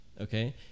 okay